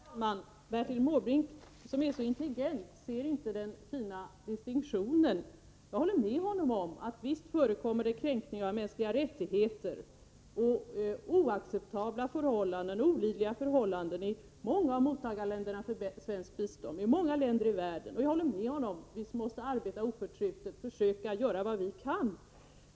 Herr talman! Bertil Måbrink som är så intelligent ser inte den fina distinktionen. Jag håller med honom att det visst förekommer kränkningar av mänskliga rättigheter och oacceptabla och olidliga förhållanden i många av de länder som mottar svenskt bistånd och i många andra länder i världen. Jag håller med honom om att vi måste arbeta oförtrutet och försöka göra vad vi kan.